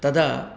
तदा